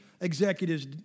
executives